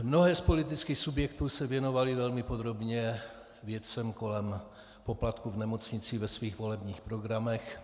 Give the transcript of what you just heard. Mnohé z politických subjektů se věnovaly velmi podrobně věcem kolem poplatků v nemocnicích ve svých volebních programech.